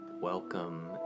welcome